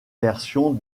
version